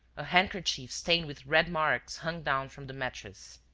a handkerchief stained with red marks hung down from the mattress.